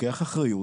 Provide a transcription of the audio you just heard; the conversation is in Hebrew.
לוקח אחריות